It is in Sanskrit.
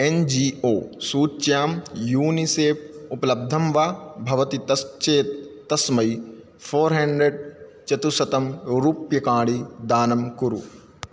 एन् जी ओ सूच्यां यूनिसेफ् उपलब्धं वा भवति तत् चेत् तस्मै फ़ोर्हन्ड्रड् चतुश्शतं रूप्यकाणि दानं कुरु